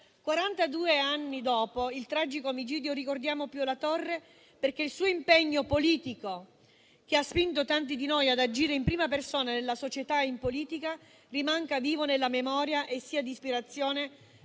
anni dopo il suo tragico omicidio, ricordiamo Pio La Torre perché il suo impegno politico, che ha spinto tanti di noi ad agire in prima persona nella società e in politica, rimanga vivo nella memoria e sia di ispirazione